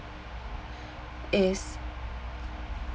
is